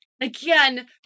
Again